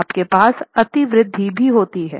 आपके पास अतिवृद्धि भी होती है